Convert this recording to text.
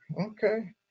okay